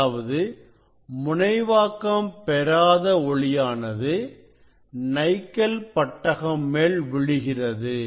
அதாவது முனைவாக்கம் பெறாத ஒளியானது நைக்கல் பட்டகம் மேல் விழுகிறது